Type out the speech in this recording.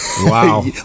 wow